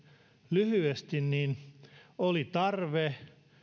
lyhyesti niin oli tarve